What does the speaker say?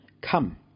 Come